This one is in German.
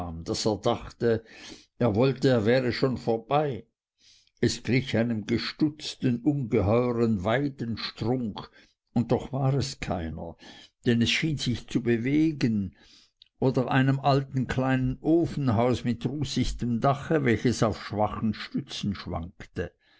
dachte er wollte er wäre schon vorbei es glich einem gestutzten ungeheuren weidenstrunk und doch war es keiner denn es schien sich zu bewegen oder einem kleinen alten ofenhaus mit rußichtem dache welches auf schwachen stützen schwankte